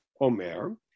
Omer